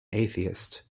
atheist